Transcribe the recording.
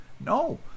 No